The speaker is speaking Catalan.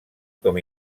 com